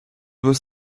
was